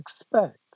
expect